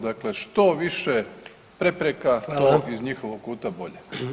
Dakle, što više prepreka to iz njihovog kuta bolje.